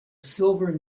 silver